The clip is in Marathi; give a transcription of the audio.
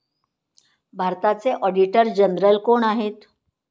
भारताचे ऑडिटर जनरल कोण आहेत?